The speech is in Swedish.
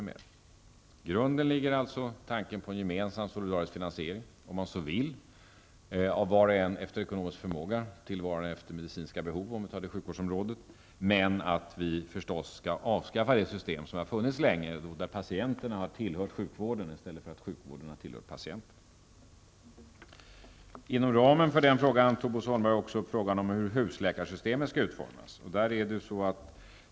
I grunden ligger alltså tanken på en gemensam solidarisk finansiering -- om man så vill, av var och en efter ekonomisk förmåga till var och en efter medicinska behov. Vi skall naturligtvis avskaffa det system som har funnits länge, där patienterna har tillhört sjukvården i stället för att sjukvården har tillhört patienterna. Inom ramen för den frågan tog Bo Holmberg också upp utformningen av husläkarsystemet.